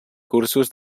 cursos